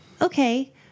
Okay